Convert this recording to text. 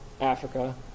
Africa